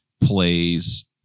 plays